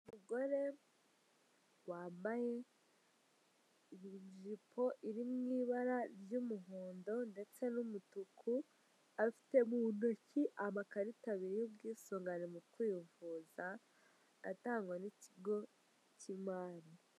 Umugore wambaye ijipo iri mu ibara ry'umuhondo ndetse n'umutuku, afite mu ntoki amakarita abiri y'ubwisungane mu kwivuza atangwa n'ikigo k'imari.